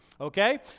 Okay